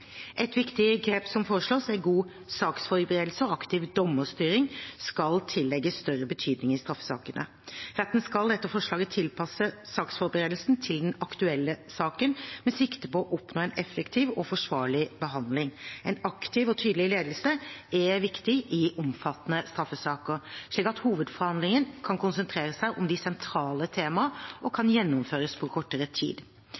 Et viktig grep som foreslås, er at god saksforberedelse og aktiv dommerstyring skal tillegges større betydning i straffesakene. Retten skal etter forslaget tilpasse saksforberedelsen til den aktuelle saken, med sikte på å oppnå en effektiv og forsvarlig behandling. En aktiv og tydelig ledelse er viktig i omfattende straffesaker, slik at hovedforhandlingen kan konsentreres om de sentrale tema og gjennomføres på kortere tid.